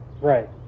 Right